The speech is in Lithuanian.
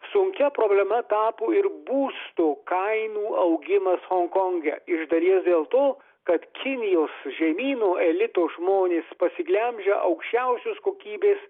sunkia problema tapo ir būstų kainų augimas honkonge iš dalies dėl to kad kinijos žemyno elito žmonės pasiglemžia aukščiausios kokybės